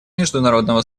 международного